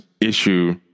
issue